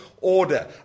order